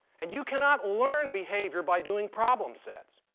and you cannot learn behavior by doing problem sets.